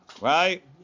right